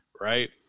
Right